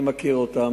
אני מכיר אותם.